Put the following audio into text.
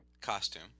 costume